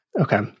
Okay